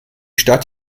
stadt